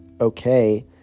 okay